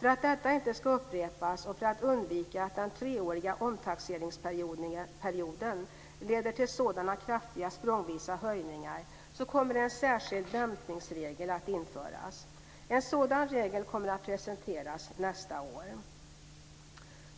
För att detta inte ska upprepas och för att undvika att den treåriga omtaxeringsperioden leder till sådana kraftiga språngvisa höjningar så kommer en särskild dämpningsregel att införas. En sådan regel kommer att presenteras nästa år.